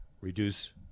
reduce